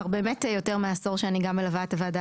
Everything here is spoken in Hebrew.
באמת כבר יותר מעשור אני גם מלווה את הוועדה